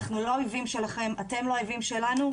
אנחנו לא האויבים שלכם, אתם לא האויבים שלנו.